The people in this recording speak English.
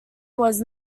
was